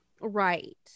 right